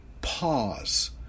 pause